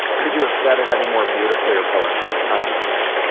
could you have said it any more beautifully or poetically? i don't think so.